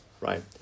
Right